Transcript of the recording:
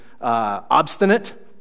obstinate